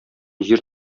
җир